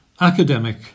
academic